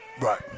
right